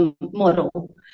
model